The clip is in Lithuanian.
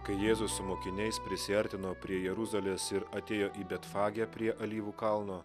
kai jėzus su mokiniais prisiartino prie jeruzalės ir atėjo į betfagę prie alyvų kalno